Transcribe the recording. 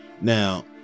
Now